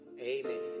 Amen